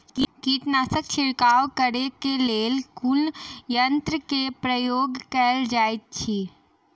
कीटनासक छिड़काव करे केँ लेल कुन यंत्र केँ प्रयोग कैल जाइत अछि?